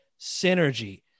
synergy